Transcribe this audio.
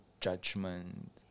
judgment